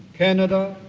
canada,